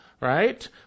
right